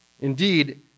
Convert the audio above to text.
Indeed